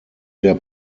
der